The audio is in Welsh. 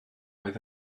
oedd